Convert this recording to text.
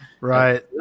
right